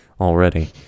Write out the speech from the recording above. already